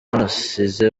nasize